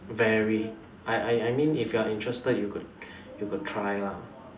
very I I I mean if you are interested you could you could try lah